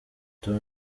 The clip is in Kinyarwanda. tom